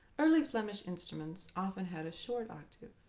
early flemish instruments often had a short octave.